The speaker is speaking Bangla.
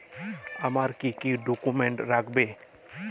আমার কি কি ডকুমেন্ট লাগবে?